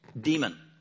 Demon